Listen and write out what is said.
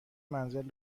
منزل